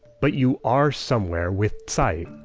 but you are somewhere with zai.